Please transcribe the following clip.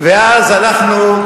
ואז הלכנו,